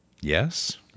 Yes